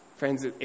Friends